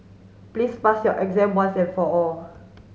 please pass your exam once and for all